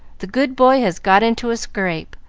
the good boy has got into a scrape.